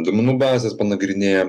duomenų bazes panagrinėjom